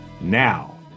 Now